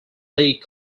league